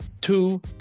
two